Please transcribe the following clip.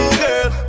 girl